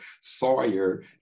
Sawyer